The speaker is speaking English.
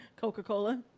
Coca-Cola